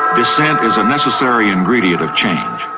dissent is a necessary ingredient of change,